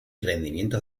rendimiento